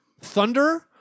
Thunder